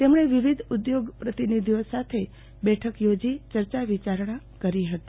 તેમને વિવિધ ઉદ્યોગ પ્રતિનિધિઓ સાથે બેઠક યોજી ચર્ચા વિયારણા કરી હતી